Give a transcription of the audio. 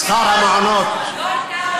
זה ממש לא נכון,